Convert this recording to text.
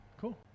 Cool